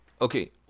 Okay